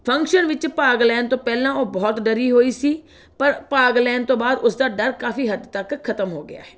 function ਵਿੱਚ ਭਾਗ ਲੈਣ ਤੋਂ ਪਹਿਲਾਂ ਉਹ ਬਹੁਤ ਡਰੀ ਹੋਈ ਸੀ ਪਰ ਭਾਗ ਲੈਣ ਤੋਂ ਬਾਅਦ ਉਸਦਾ ਡਰ ਕਾਫੀ ਹੱਦ ਤੱਕ ਖਤਮ ਹੋ ਗਿਆ ਹੈ